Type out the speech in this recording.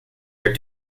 are